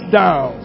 down